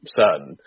certain